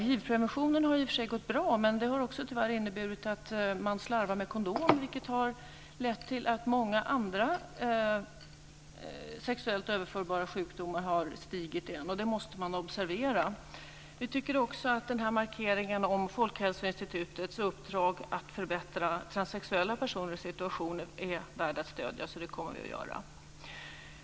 Hivpreventionen har i och för sig gått bra, men den har tyvärr också inneburit att man slarvar med kondom, vilket har lett till att antalet fall av många andra sexuellt överförbara sjukdomar har stigit igen. Det måste man observera. Vi tycker också att den här markeringen om Folkhälsoinstitutets uppdrag att förbättra transsexuella personers situation är värd att stödja, så det kommer vi att göra.